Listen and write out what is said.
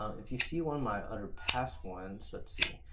if you see one of my other past ones, let's see.